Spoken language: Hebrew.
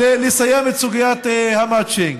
לסיים את סוגיית המצ'ינג.